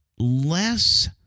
Less